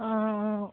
অঁ অঁ